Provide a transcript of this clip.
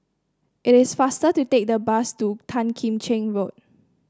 it is faster to take the bus to Tan Kim Cheng Road